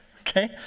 Okay